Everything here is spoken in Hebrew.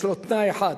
יש לו תנאי אחד,